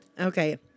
Okay